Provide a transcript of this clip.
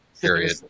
period